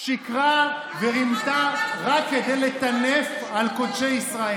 שיקרה ורימתה רק כדי לטנף על קודשי ישראל.